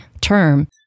term